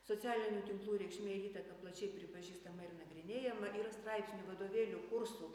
socialinių tinklų reikšmė įtaka plačiai pripažįstama ir nagrinėjama yra straipsnių vadovėlių kursų